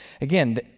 Again